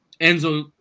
Enzo